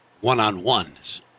one-on-ones